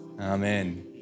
Amen